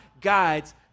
guides